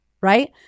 right